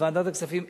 בוועדת הכספים,